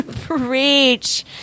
preach